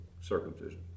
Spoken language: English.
circumcision